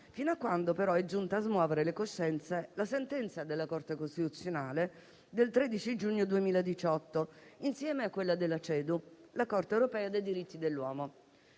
fino a quando, però, è giunta a smuovere le coscienze la sentenza della Corte costituzionale del 13 giugno 2018, insieme a quella della Corte europea per i diritti dell'uomo.